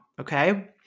Okay